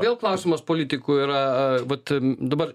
vėl klausimas politikų yra vat dabar